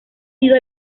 sido